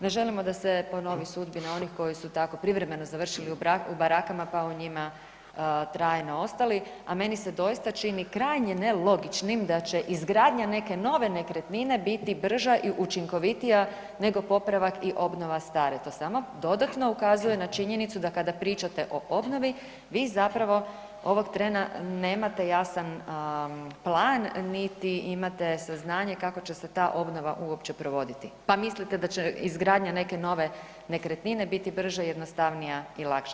Ne želimo da se ponovi sudbina onih koji su tako privremeno završili u baraka pa u njima trajno ostali, a meni se doista čini krajnje nelogičnim da će izgradnja neke nove nekretnine biti brža i učinkovitija nego popravak i obnova stare, to samo dodatno ukazuje na činjenicu da kada pričate o obnovi, vi zapravo ovog trena nemate jasan plan niti imate saznanje kako će se ta obnova uopće provoditi pa mislite da će izgradnja neke nove nekretnine biti brža i jednostavnija i lakša.